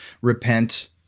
repent